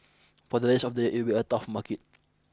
for the rest of the year it will a tough market